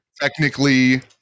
Technically